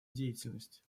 деятельность